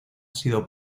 sido